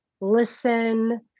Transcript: listen